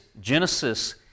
Genesis